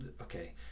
Okay